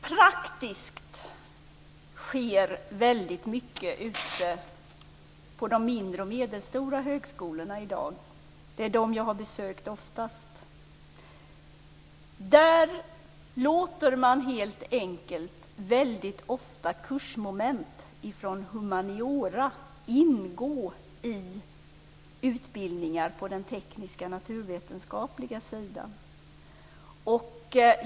Herr talman! Praktiskt sker väldigt mycket ute på de mindre och medelstora högskolorna i dag. Det är dem jag har besökt oftast. Där låter man helt enkelt väldigt ofta kursmoment från humaniora ingå i utbildningar på den tekniska och naturvetenskapliga sidan.